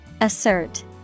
Assert